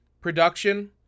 production